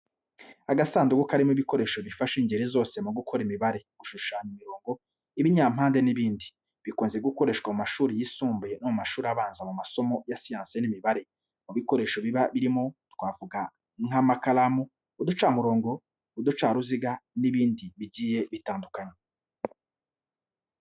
Agasanduku karimo ibikoresho bifasha ingeri zose mu gukora imibare, gushushanya imirongo, ibinyampande n’ibindi. Bikunze gukoreshwa mu mashuri yisumbuye no mu mashuri abanza mu masomo ya siyansi n'imibare. Mu bikoresho biba birimo twavuga nk’amakaramu, uducamurongo, uducaruziga n’ibindi bigiye bitandukanye.